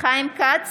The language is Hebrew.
חיים כץ,